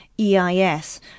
EIS